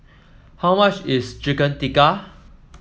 how much is Chicken Tikka